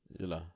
ya lah